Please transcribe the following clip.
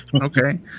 Okay